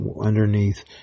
underneath